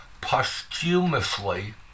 posthumously